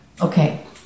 Okay